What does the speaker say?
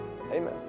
Amen